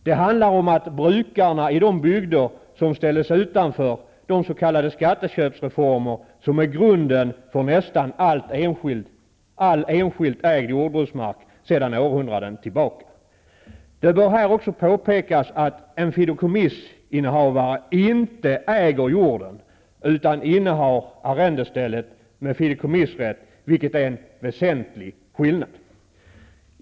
Det handlar om brukarna i de bygder som ställdes utanför de s.k. skatteköpsreformer som är grunden för nästan all enskilt ägd jordbruksmark sedan århundraden tillbaka. De bör här också påpekas att en fideikommissinnehavare inte äger jorden utan innehar arrendestället med fideikommissrätt, vilket är en väsentlig skillnad.